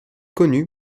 connu